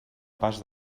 pas